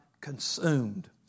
consumed